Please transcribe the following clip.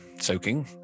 soaking